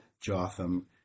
jotham